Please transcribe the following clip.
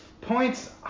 Points